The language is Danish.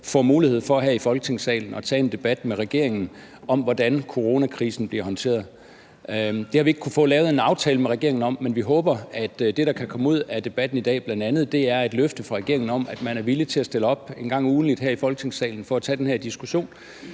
Folketingssalen at tage en debat med regeringen om, hvordan coronakrisen bliver håndteret. Det har vi ikke kunnet få lavet en aftale med regeringen om, men vi håber, at det, der kan komme ud af debatten i dag, bl.a. er et løfte fra regeringen om, at man er villig til at stille op en gang ugentligt her i Folketingssalen for at tage den her diskussion.